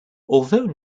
although